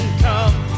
come